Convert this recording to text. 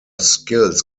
skills